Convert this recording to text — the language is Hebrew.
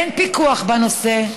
אין פיקוח בנושא,